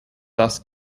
thus